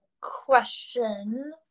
question